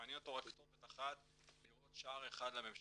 מעניין אותו רק כתובת אחת לראות שער אחד לממשלה.